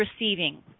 receiving